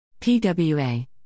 PWA